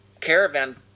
caravan